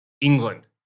England